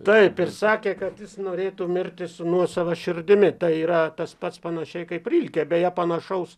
taip ir sakė kad jis norėtų mirti su nuosava širdimi tai yra tas pats panašiai kaip rilkė beje panašaus